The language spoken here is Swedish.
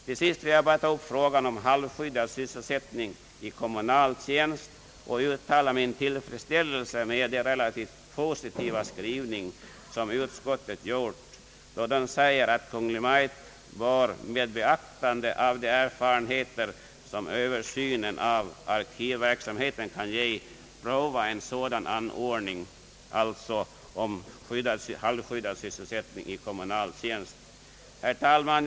Till sist vill jag bara ta upp frågan om halvskyddad sysselsättning i kommunal tjänst och uttala min tillfredsställelse med den relativt positiva skrivning som utskottet gjort då det säger att Kungl. Maj:t bör med beaktande av de erfarenheter som översynen av arkivverksamheten kan ge prova en sådan anordning, alltså halvskyddad sysselsättning i kommunal tjänst. Herr talman!